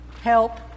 Help